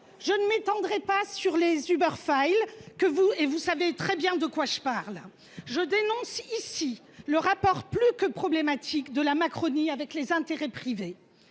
Je ne m’étendrai pas sur les Uber Files – vous savez parfaitement de quoi je parle… Je dénonce ici le rapport plus que problématique de la Macronie avec les intérêts privés.